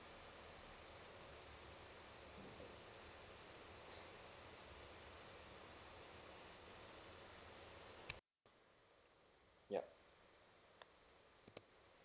ya